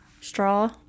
straw